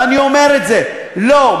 ואני אומר: לא,